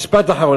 משפט אחרון.